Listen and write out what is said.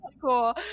cool